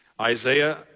Isaiah